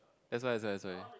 that's why that's why that's why